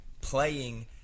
playing